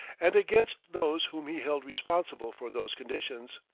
and against those whom he held responsible for those conditions.